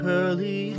early